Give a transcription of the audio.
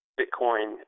Bitcoin